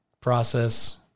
process